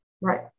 right